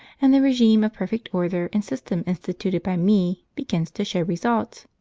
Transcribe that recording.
and the regime of perfect order and system instituted by me begins to show results.